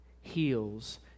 heals